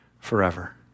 forever